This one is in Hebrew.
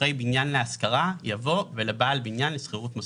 אחרי "בנין להשכרה" יבוא "ולבעל בניין לשכירות מוסדית".